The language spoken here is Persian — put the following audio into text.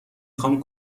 خوام